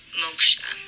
moksha